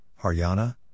Haryana